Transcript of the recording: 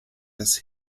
des